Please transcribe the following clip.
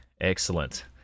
Excellent